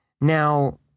Now